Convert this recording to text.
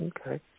Okay